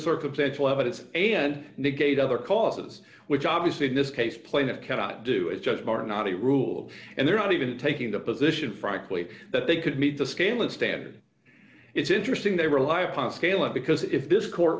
circumstantial evidence and negate other causes which obviously in this case plaintiff cannot do is just are not a rule and they're not even taking the position frankly that they could meet the scale of standard it's interesting they rely upon scaling because if this court